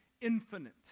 infinite